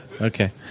okay